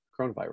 coronavirus